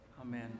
Amen